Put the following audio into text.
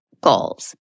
goals